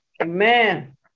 Amen